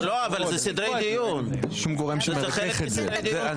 אלה סדרי דיון, זה חלק מסדרי דיון.